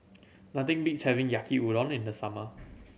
nothing beats having Yaki Udon in the summer